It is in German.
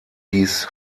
dies